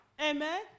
Amen